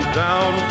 down